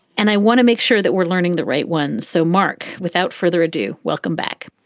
and i want to make sure that we're learning the right ones. so, mark, without further ado, welcome back.